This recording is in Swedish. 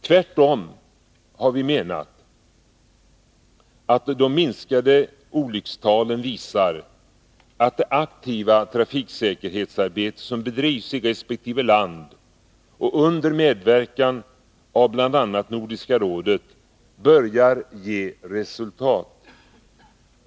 Tvärtom har vi menat att de minskande olyckstalen visar att det aktiva trafiksäkerhetsarbete som bedrivs i resp. land och under medverkan av bl.a. Nordiska rådet börjar ge resultat.